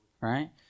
right